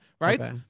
right